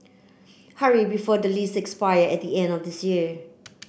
hurry before the lease expire at the end of this year